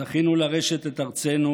זכינו לרשת את ארצנו,